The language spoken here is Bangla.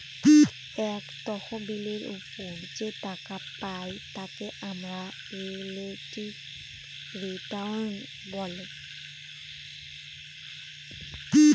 এক তহবিলের ওপর যে টাকা পাই তাকে আমরা রিলেটিভ রিটার্ন বলে